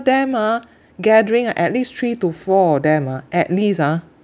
them ah gathering ah at least three to four of them ah at least ah